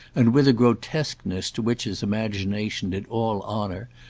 and with a grotesqueness to which his imagination did all honour,